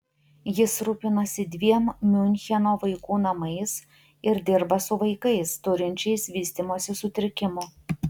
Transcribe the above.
jis rūpinasi dviem miuncheno vaikų namais ir dirba su vaikais turinčiais vystymosi sutrikimų